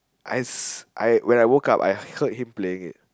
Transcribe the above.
I I when I woke up I heard him playing it